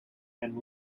and